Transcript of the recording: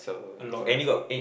a lot right